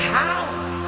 house